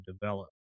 develop